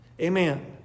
Amen